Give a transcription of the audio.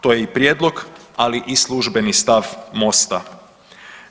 To je i prijedlog, ali i službeni stav MOST-a.